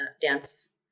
dance